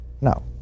no